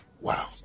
wow